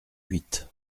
huit